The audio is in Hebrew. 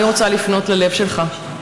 אני רוצה לפנות ללב שלך,